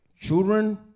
Children